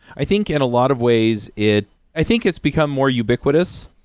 i think in a lot of ways it i think it's become more ubiquitous.